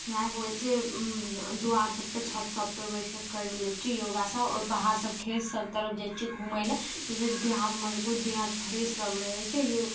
हमरा आरके ओहि दुआरे सभपे छत सभपे बैठके कर लै छी योगा सभ आओर बाहर सभ खेत सभ तरफ जाइ छियै घुमै लए जे देह हाथ मजगूत देह हाथ फ्रेश सभ रहै छै योग